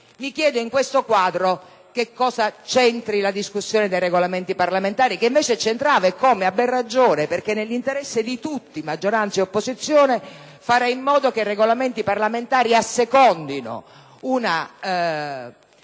Mi chiedo, in questo quadro, che cosa c'entri la discussione sui Regolamenti parlamentari, che invece c'entrava eccome e ben a ragione, perché è interesse di tutti, maggioranza ed opposizione, fare in modo che i Regolamenti parlamentari assecondino una